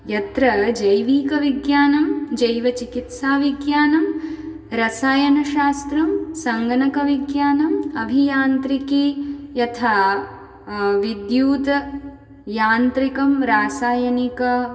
यत्र जैविकविज्ञानं जैवचिकित्साविज्ञानं रसायनशास्त्रं सङ्गणकविज्ञानम् अभियान्त्रिकी यथा विद्युत् यान्त्रिकं रासायनिक